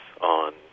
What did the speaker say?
on